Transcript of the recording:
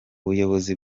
ubuyobozi